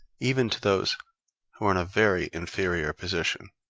even to those who are in a very inferior position,